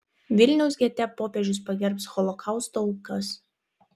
vilniaus gete popiežius pagerbs holokausto aukas